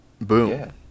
boom